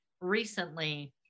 recently